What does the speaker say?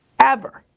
ever.